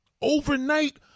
overnight